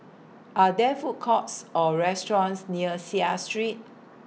Are There Food Courts Or restaurants near Seah Street